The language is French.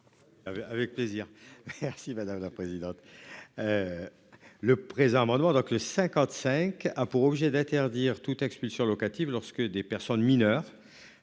avec plaisir. Merci Valérie. La présidente. Le présent amendement donc les 55 a pour objet d'interdire toute expulsion locative lorsque des personnes mineures